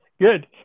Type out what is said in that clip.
good